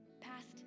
Past